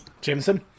Jameson